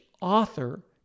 author